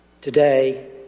today